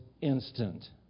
instant